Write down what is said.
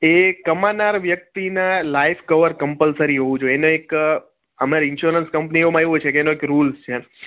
એ કમાનાર વ્યક્તિનાં life cover compulsory હોવું જોઈએ એનો એક અમારી ઇન્સ્યોરન્સ કંપનીઓમા એવું છે કે એનો એક રુલ્સ છે એમ